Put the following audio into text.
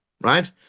right